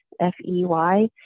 F-E-Y